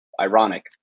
Ironic